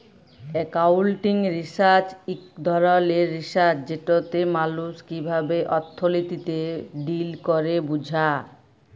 accounting research ইক ধরলের research যেটতে মালুস কিভাবে অথ্থলিতিতে ডিল ক্যরে বুঝা